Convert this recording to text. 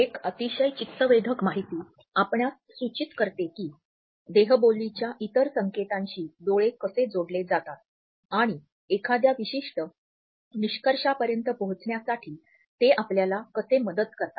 एक अतिशय चित्तवेधक माहिती आपणास सूचित करते की देहबोलीच्या इतर संकेतांशी डोळे कसे जोडले जातात आणि एखाद्या विशिष्ट निष्कर्षापर्यंत पोहोचण्यासाठी ते आपल्याला कसे मदत करतात